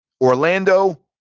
Orlando